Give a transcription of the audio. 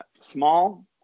small